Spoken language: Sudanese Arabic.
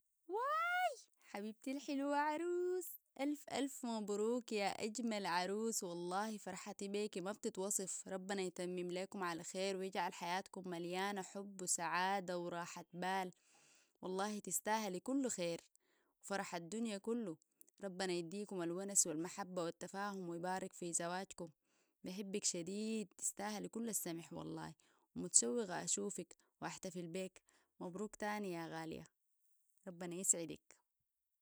وااااي حبيبتي الحلوة عروس ألف ألف مبروك يا أجمل عروس والله فرحتي بيك ما بتتوصف ربنا يتمم ليكم على الخير ويجعل حياتكم مليانة حب وسعادة وراحة بال والله تستاهلي كل خيروفرحة الدنيا كلو ربنا يديكم الونس والمحبة والتفاهم ويبارك في زواجكم بحبك شديد تستاهلي كل السمح والله ومتشوقة أشوفك وأحتفل بيك مبروك تاني يا غالية ربنا يسعدك